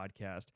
podcast